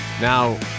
Now